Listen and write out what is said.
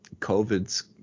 COVID's